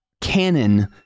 canon